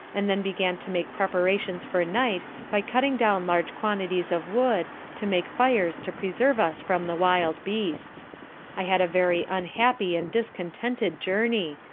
and then began to make preparations for night, by cutting down large quantities of wood, to make fires to preserve us from the wild beasts i had a very unhappy and discontented journey,